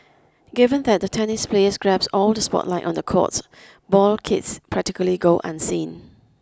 given that the tennis players grabs all the spotlight on the courts ball kids practically go unseen